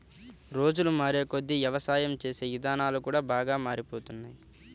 రోజులు మారేకొద్దీ యవసాయం చేసే ఇదానాలు కూడా బాగా మారిపోతున్నాయ్